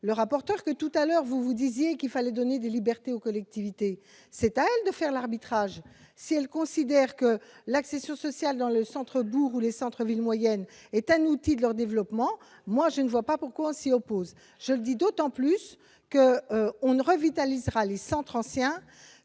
le rapporteur, que tout à l'heure, vous vous disiez qu'il fallait donner des libertés aux collectivités, c'est à elle de faire l'arbitrage s'il considère que l'accession sociale dans le centre bourg où les centres villes moyennes est un outil de leur développement, moi je ne vois pas pourquoi on s'y oppose, je le dis d'autant plus que on ne revitalise centre ancien